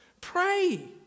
Pray